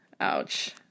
Ouch